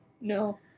No